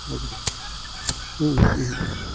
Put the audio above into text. Udalguri